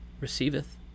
receiveth